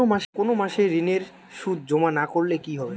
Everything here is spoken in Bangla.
কোনো মাসে ঋণের সুদ জমা না করলে কি হবে?